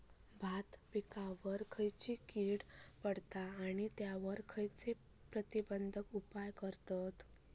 भात पिकांवर खैयची कीड पडता आणि त्यावर खैयचे प्रतिबंधक उपाय करतत?